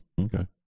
Okay